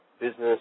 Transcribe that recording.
business